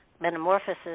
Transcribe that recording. Metamorphosis